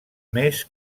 més